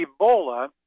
Ebola